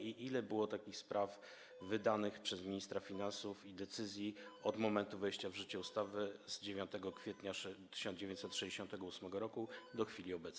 Ile było takich spraw, wydanych przez ministra finansów decyzji od momentu wejścia w życie ustawy z 9 kwietnia 1968 r. do chwili obecnej?